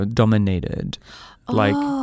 dominated，like